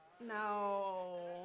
No